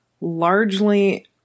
largely